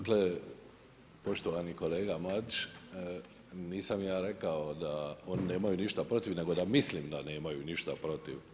Dakle, poštovani kolega Matić, nisam ja rekao da oni nemaju ništa protiv nego da mislim da nemaju ništa protiv.